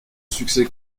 succès